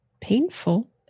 painful